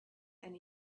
and